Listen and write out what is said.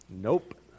Nope